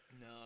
No